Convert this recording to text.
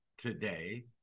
today